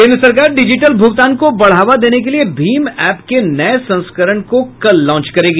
केन्द्र सरकार डिजिटल भूगतान को बढ़ावा देने के लिए भीम एप के नये संस्करण को कल लॉन्च करेगी